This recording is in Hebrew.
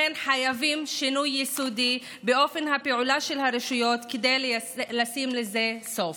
חייבים שינוי יסודי באופן הפעולה של הרשויות כדי לשים לזה סוף.